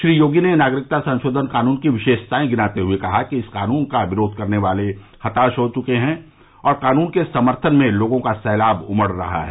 श्री योगी ने नागरिकता संशोधन कानून की विशेषताएं गिनाते हुए कहा कि इस कानून का विरोध करने वाले हताश हो चुके हैं और कानून के समर्थन में लोगों का सैलाब उमड़ रहा है